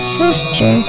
sister